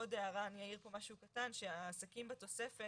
עוד הערה, אני אעיר פה משהו קטן, שהעסקים בתוספת